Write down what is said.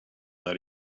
that